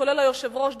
כולל היושב-ראש,